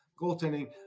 goaltending